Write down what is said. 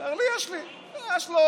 אומר לי: יש לי פה חוברת.